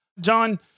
John